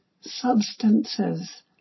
substances